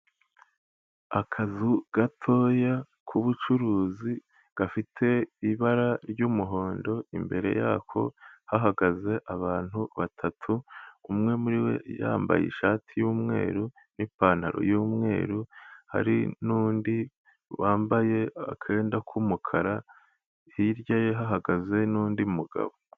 Akazu gatoya k'ubucuruzi gafite ibara ry'umuhondo imbere yako hahagaze abantu batatu, umwe muri bo yambaye ishati y'umweru n'ipantaro y'umweru, hari n'undi wambaye akenda k'umukara hirya ye hahagaze n'undi mugabo.